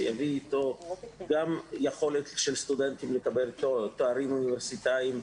שיביא אתו גם יכולת של סטודנטים לקבל תארים אוניברסיטאיים,